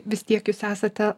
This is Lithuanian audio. vis tiek jūs esate